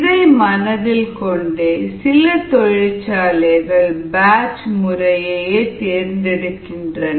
இதை மனதில் கொண்டே சில தொழிற்சாலைகள் பேட்ச் முறையையே தேர்ந்தெடுக்கின்றன